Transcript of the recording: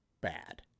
bad